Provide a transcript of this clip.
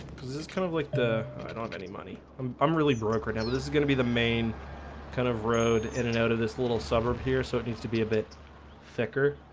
this is kind of like the i don't have any money um i'm really broke right now this is gonna be the main kind of road in and out of this little suburb here. so it needs to be a bit thicker